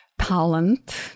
talent